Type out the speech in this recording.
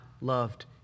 loved